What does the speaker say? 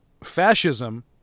Fascism